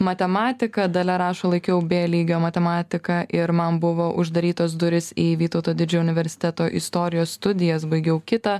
matematiką dalia rašo laikiau bė lygio matematiką ir man buvo uždarytos durys į vytauto didžiojo universiteto istorijos studijas baigiau kitą